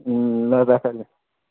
अँ ल राख अहिले